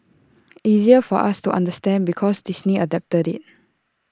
easier for us to understand because Disney adapted IT